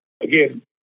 again